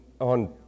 on